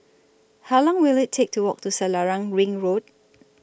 How Long Will IT Take to Walk to Selarang Ring Road